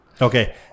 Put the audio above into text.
okay